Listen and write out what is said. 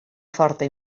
forta